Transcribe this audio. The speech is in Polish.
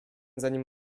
zanim